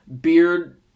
Beard